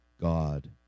God